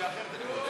יש לך נגד תהילים?